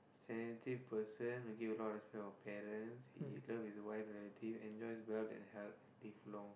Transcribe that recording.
sensitive person he give a lot of respect of parents he love his wife and relative enjoys wealth and health live long